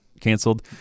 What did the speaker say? canceled